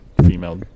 female